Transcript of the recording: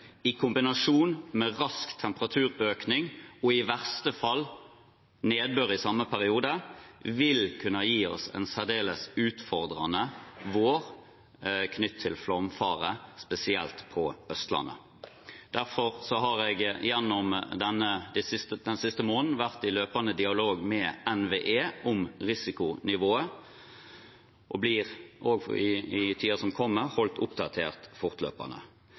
i kombinasjon med rask temperaturøkning og – i verste fall – nedbør i samme periode vil kunne gi oss en særdeles utfordrende vår knyttet til flomfare, spesielt på Østlandet. Derfor har jeg gjennom den siste måneden vært i løpende dialog med NVE om risikonivået og blir også i tiden som kommer, holdt oppdatert fortløpende.